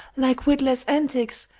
like witless antics,